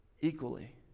equally